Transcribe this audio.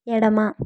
ఎడమ